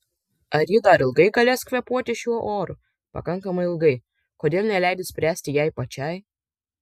ar ji dar ilgai galės kvėpuoti šiuo oru pakankamai ilgai kodėl neleidi spręsti jai pačiai